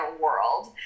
world